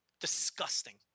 Disgusting